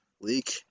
leak